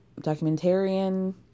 documentarian